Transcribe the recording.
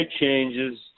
changes